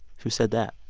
who said that?